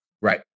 right